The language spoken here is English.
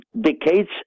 decades